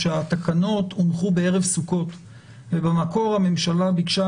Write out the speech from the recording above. שהתקנות הונחו בערב סוכות ובמקור הממשלה ביקשה